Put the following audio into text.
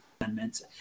Amendment